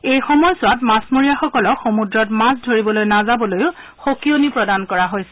এই সময়ছোৱাত মাছমৰীয়াসকলক সমূদ্ৰত মাছ ধৰিবলৈ নাযাবলৈও সকিয়নি দিয়া হৈছে